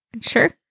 Sure